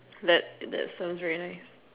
that that sounds very nice